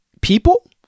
people